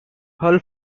hull